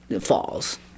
falls